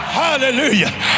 hallelujah